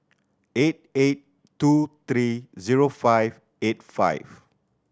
eight eight two three zero five eight five